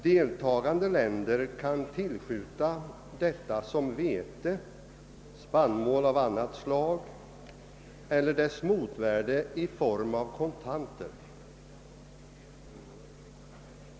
Deltagande länder kan tillskjuta detta som vete, spannmål av annat slag eller dess motvärde i forn av kontanter.